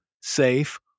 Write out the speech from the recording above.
safe